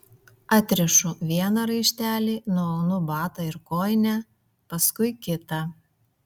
atrišu vieną raištelį nuaunu batą ir kojinę paskui kitą